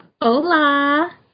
Hola